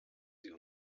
sie